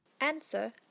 Answer